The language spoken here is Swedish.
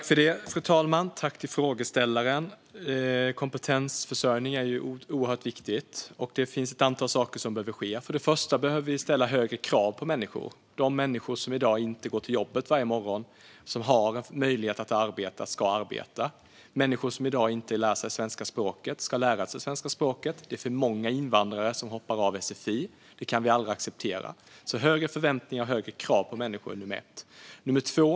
Fru talman! Jag tackar frågeställaren. Kompetensförsörjning är oerhört viktigt, och det finns ett antal saker som behöver ske. För det första behöver vi ställa högre krav på människor. De människor som inte går till jobbet varje morgon men som har möjlighet att arbeta ska arbeta. Människor som i dag inte lär sig svenska språket ska lära sig svenska språket. Det är för många invandrare som hoppar av sfi, och det kan vi aldrig acceptera. Högre förväntningar och högre krav på människor är alltså nummer ett.